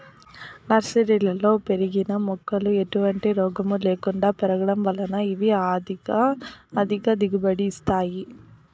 నర్సరీలలో పెరిగిన మొక్కలు ఎటువంటి రోగము లేకుండా పెరగడం వలన ఇవి అధిక దిగుబడిని ఇస్తాయి